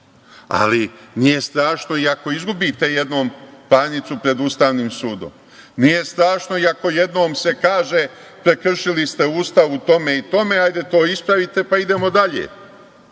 Nije strašno i ako izgubite jednom parnicu pred Ustavnim sudom. Nije strašno i ako jednom se kaže prekršili ste Ustav u tome u tome, hajde to ispravite, pa idemo dalje,